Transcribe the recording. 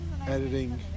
editing